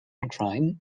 crime